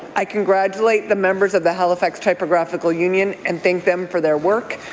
i congratulate the members of the halifax typographical union and thank them for their work.